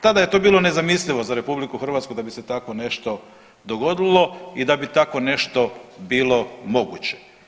Tada je to bilo nezamislivo za RH da bi se tako nešto dogodilo i da bi tako nešto bilo moguće.